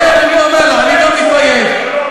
תתביישי, תתביישי.